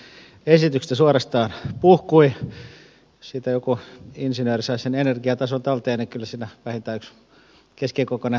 siitä jos joku insinööri saisi sen energiatason talteen niin kyllä siinä vähintään yksi keskikokoinen tuulivoimayksikkö korvattaisiin